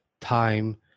time